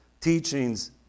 Teachings